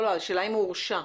השאלה אם הוא הורשע.